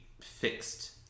fixed